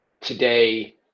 today